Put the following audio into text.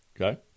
Okay